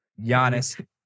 Giannis